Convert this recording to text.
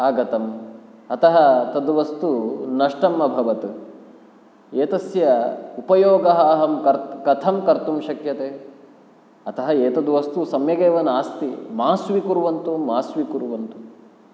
आगतम् अतः तद्वस्तु नष्टमभवत् एतस्य उपयोगः अहं क कथं कर्तुं शक्यते अतः एतत् वस्तु सम्यगेव नास्ति मा स्वीकुर्वन्तु मा स्वीकुर्वन्तु